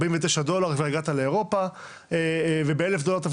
49 דולר וכבר הגעת לאירופה וב-1,000 דולר אתה כבר